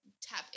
tap